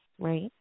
right